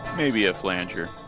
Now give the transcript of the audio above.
maybe a flanger